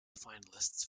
finalists